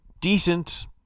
decent